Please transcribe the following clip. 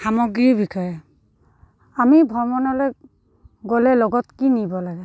সামগ্ৰীৰ বিষয়ে আমি ভ্ৰমণলৈ গ'লে লগত কি নিব লাগে